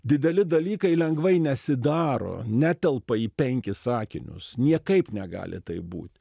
dideli dalykai lengvai nesidaro netelpa į penkis sakinius niekaip negali taip būt